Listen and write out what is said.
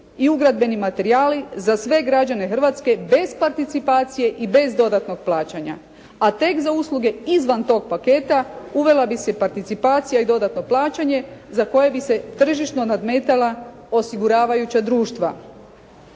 i ugradbeni materijali za sve građane Hrvatske bez participacije i bez dodatnog plaćanja. A tek za usluge izvan tog paketa uvela bi se participacija i dodatno plaćanje za koje bi se tržišno nadmetala osiguravajuća društva.